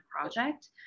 project